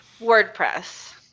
WordPress